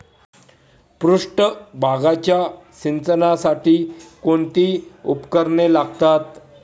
पृष्ठभागाच्या सिंचनासाठी कोणती उपकरणे लागतात?